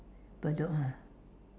Bedok ah